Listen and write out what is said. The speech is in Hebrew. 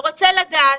ורוצה לדעת,